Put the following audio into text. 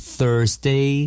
Thursday